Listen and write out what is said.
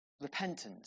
Repentance